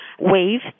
wave